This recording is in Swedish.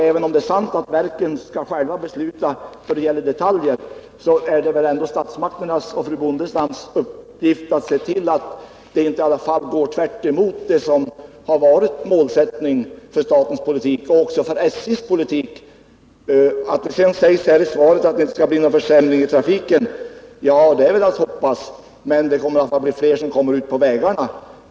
Även om det är riktigt att verken själva bör besluta om detaljer, är det väl statsmakternas och fru Bondestams uppgift att se till att vad som sker inte går stick i stäv mot 64 statens och även SJ:s politik. Det sägs i svaret att det inte skall bli någon försämring av trafiken, och det Nr 47 får man ju hoppas. Men fler kommer i alla fall ut på vägarna.